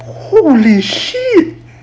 oh my shit